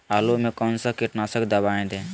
आलू में कौन सा कीटनाशक दवाएं दे?